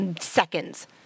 seconds